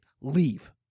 Leave